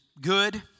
good